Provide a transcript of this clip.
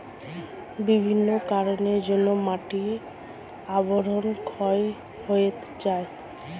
বিভিন্ন কারণের জন্যে মাটির আবরণ ক্ষয় হয়ে যায়